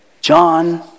John